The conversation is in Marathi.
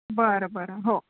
बरं बरं हो